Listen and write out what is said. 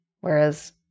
whereas